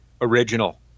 original